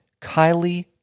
Kylie